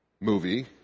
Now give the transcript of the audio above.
movie